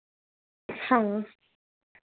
हाँ